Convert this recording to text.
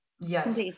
yes